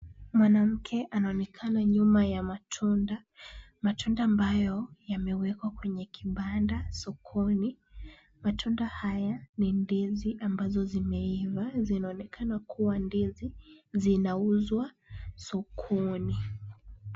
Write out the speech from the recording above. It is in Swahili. Mwanamke anaonekana nyuma ya matunda, matunda ambayo yamewekwa kwenye kibanda sokoni. Matunda haya ni ndizi ambazo zimeiva. Zinaonekana kuwa ndizi zinauzwa sokoni.